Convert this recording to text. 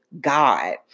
God